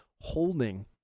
holding